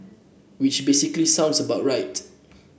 which basically sounds about right